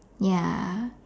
ya